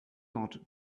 not